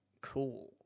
cool